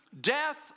death